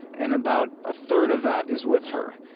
and about a third of that is with her.